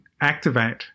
activate